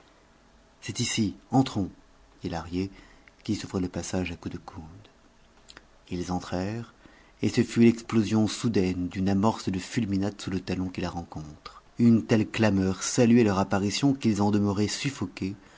c'est ici entrons dit lahrier qui s'ouvrait le passage à coups de coude ils entrèrent et ce fut l'explosion soudaine d'une amorce de fulminate sous le talon qui la rencontre une telle clameur saluait leur apparition qu'ils en demeuraient suffoqués